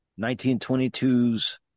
1922's